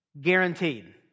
guaranteed